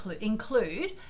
include